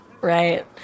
Right